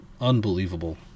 Unbelievable